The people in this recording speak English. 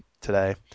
today